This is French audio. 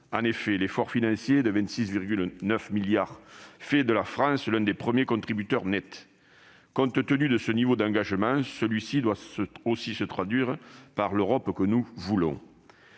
En effet, l'effort financier de 26,9 milliards d'euros fait de la France l'un des premiers contributeurs nets. Compte tenu de ce niveau d'engagement, celui-ci doit aussi se traduire par l'Europe que nous voulons.